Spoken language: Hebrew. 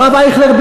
והרב אייכלר,